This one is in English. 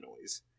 noise